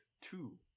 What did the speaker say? two